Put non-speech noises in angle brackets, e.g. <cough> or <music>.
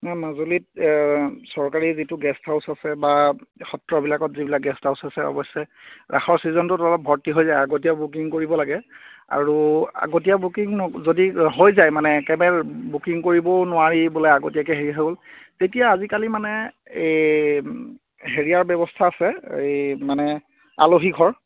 মাজুলীত চৰকাৰী যিটো গেষ্ট হাউচ আছে বা সত্ৰবিলাকত যিবিলাক গেষ্ট হাউচ আছে অৱেশ্য ৰাসৰ চিজনটোত অলপ ভৰ্তি হৈ যায় আগতীয়াকৈ বুকিং কৰিব লাগে আৰু আগতীয়া বুকিং <unintelligible> যদি হৈ যায় মানে একেবাৰে বুকিং কৰিবও নোৱাৰি বোলে আগতীয়া হেৰি হৈ গ'ল তেতিয়া মানে আজিকালি মানে এই হেৰিয়াৰ ব্যৱস্থা আছে মানে আলহী ঘৰ